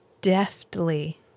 deftly